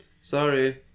Sorry